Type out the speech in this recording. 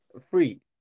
free